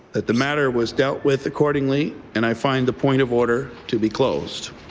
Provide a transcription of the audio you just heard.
that the matter was dealt with accordingly and i find the point of order to be closed.